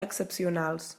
excepcionals